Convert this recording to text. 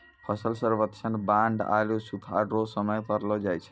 फसल सर्वेक्षण बाढ़ आरु सुखाढ़ रो समय करलो जाय छै